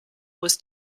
was